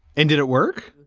and did it work?